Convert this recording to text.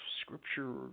scripture